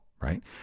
right